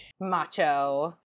Macho